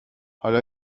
حالا